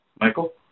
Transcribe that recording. Michael